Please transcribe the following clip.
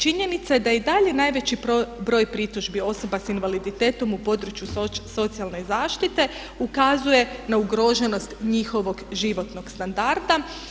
Činjenica da je i dalje najveći broj pritužbi osoba s invaliditetom u području socijalne zaštite ukazuje na ugroženost njihovog životnog standarda.